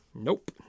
Nope